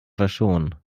verschonen